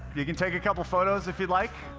you can take a couple photos if you'd like.